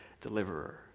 deliverer